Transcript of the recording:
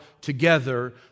together